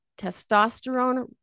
testosterone